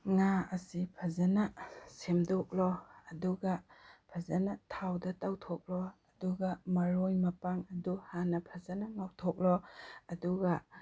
ꯉꯥ ꯑꯁꯤ ꯐꯖꯅ ꯁꯦꯝꯗꯣꯛꯂꯣ ꯑꯗꯨꯒ ꯐꯖꯅ ꯊꯥꯎꯗ ꯇꯥꯎꯊꯣꯛꯂꯣ ꯑꯗꯨꯒ ꯃꯔꯣꯏ ꯃꯄꯥꯡ ꯑꯗꯨ ꯍꯥꯟꯅ ꯐꯖꯅ ꯉꯧꯊꯣꯛꯂꯣ ꯑꯗꯨꯒ